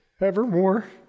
Evermore